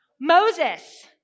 Moses